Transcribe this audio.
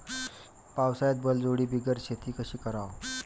पावसाळ्यात बैलजोडी बिगर शेती कशी कराव?